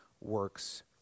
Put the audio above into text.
works